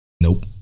nope